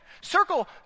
Circle